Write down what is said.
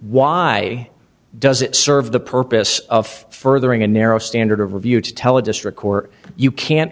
why does it serve the purpose of furthering a narrow standard of review to tell a district court you can't